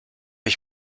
ich